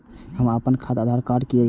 हम अपन खाता के आधार कार्ड के जोरैब?